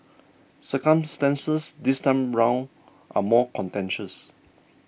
circumstances this time around are more contentious